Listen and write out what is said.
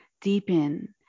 deepen